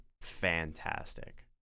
fantastic